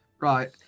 Right